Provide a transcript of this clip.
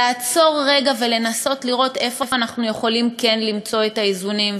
לעצור רגע ולנסות לראות איפה אנחנו יכולים כן למצוא את האיזונים.